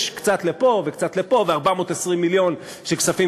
יש קצת לפה וקצת לפה ו-420 מיליון של כספים